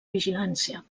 vigilància